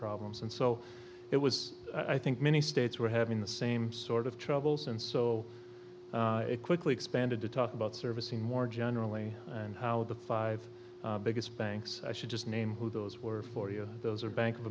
problems and so it was i think many states were having the same sort of troubles and so it quickly expanded to talk about servicing more generally and how the five biggest banks i should just name who those were forty of those are bank of